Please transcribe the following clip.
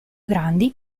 grandi